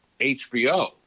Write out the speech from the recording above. HBO